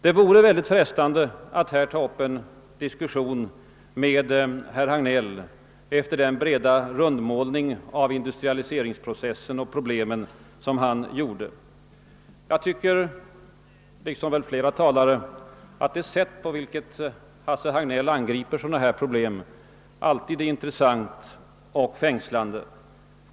Det vore frestande att här ta upp en diskussion med herr Hagnell efter den breda rundmålning av 'industrialiseringsprocessen och de därmed sammanhängande problemen som han gjorde. Jag tycker, liksom väl flera talare, alt det sätt på vilket Hasse Hagnell angriper sådana problem alltid är intressant och fängslande.